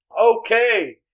Okay